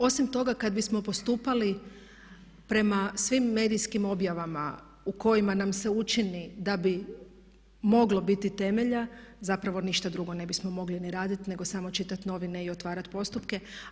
Osim toga, kad bismo postupali prema svim medijskim objavama u kojima nam se učini da bi moglo biti temelja zapravo ništa drugo ne bismo mogli ni raditi, nego samo čitat novine i otvarat postupke.